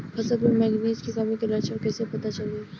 फसल पर मैगनीज के कमी के लक्षण कईसे पता चली?